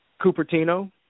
Cupertino